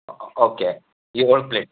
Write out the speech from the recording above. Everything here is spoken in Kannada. ಓಕೆ ಏಳು ಪ್ಲೇಟ್